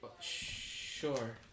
Sure